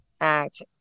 act